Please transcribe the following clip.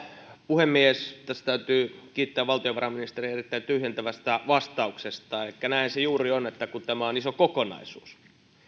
puhemies tässä täytyy kiittää valtiovarainministeriä erittäin tyhjentävästä vastauksesta ehkä näin se juuri on että tämä on iso kokonaisuus